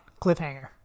Cliffhanger